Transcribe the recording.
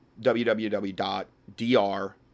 www.dr